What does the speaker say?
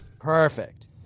Perfect